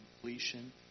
completion